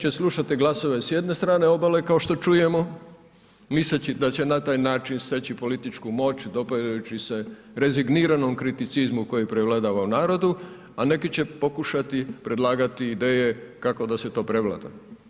Neki će slušati glasove s jedne strane obale, kao što čujemo, misleći da će na taj način steći političku moć dopadajući se rezigniranom kriticizmu koji prevladava u narodu, a neki će pokušati predlagati ideje kako da se to prevlada.